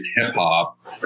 hip-hop